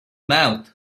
mouth